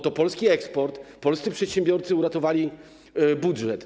To polski eksport, polscy przedsiębiorcy uratowali budżet.